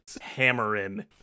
Hammering